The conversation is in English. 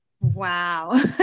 Wow